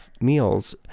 meals